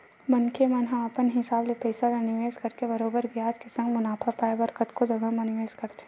मनखे मन ह अपन हिसाब ले पइसा ल निवेस करके बरोबर बियाज के संग मुनाफा पाय बर कतको जघा म निवेस करथे